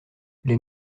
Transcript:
les